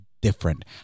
different